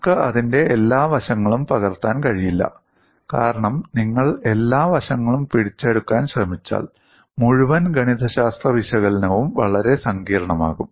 നമുക്ക് അതിന്റെ എല്ലാ വശങ്ങളും പകർത്താൻ കഴിയില്ല കാരണം നിങ്ങൾ എല്ലാ വശങ്ങളും പിടിച്ചെടുക്കാൻ ശ്രമിച്ചാൽ മുഴുവൻ ഗണിതശാസ്ത്ര വിശകലനവും വളരെ സങ്കീർണ്ണമാകും